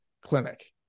clinic